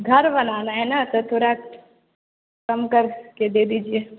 घर बनाना है ना तो थोड़ा कम कर के दे दीजिए